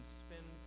spend